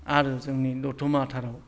आरो जोंनि दथमाथाराव